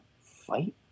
fight